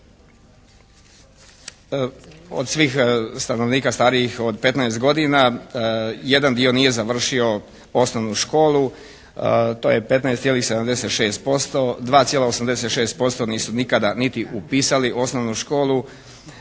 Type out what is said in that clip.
od svih stanovnika starijih od 15 godina jedan dio nije završio osnovnu školu. To je 15,76%, 2,86% nisu nikada ni upisali osnovnu školu,